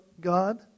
God